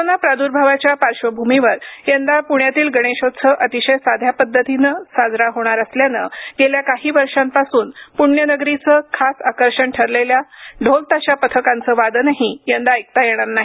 corona प्रादुभावाच्या पार्श्वभूमीवर यंदा पुण्यातील गणेशोत्सव अतिशय सध्या पद्धतीनं साजरा होणार असल्यानं गेल्या काही वर्षांपासून पृण्यनगरीचं खास आकर्षण ठरलेल्या ढोल ताशा पथकांचं वादनही यंदा ऐकता येणार नाही